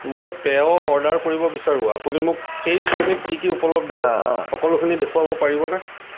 মই পেয় অৰ্ডাৰ কৰিব বিচাৰো আপুনি মোক সেই শ্ৰেণীত কি কি উপলব্ধ সকলোখিনি দেখুৱাব পাৰিবনে